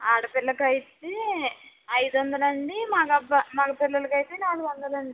ఆడపిల్లకైతే ఐదు వందలండి మగప మగపిల్లలకైతే నాలుగు వందలండి